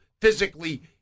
physically